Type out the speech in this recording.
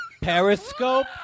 Periscope